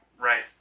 Right